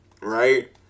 right